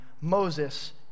Moses